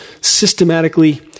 systematically